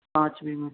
पाँचवीं में